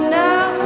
now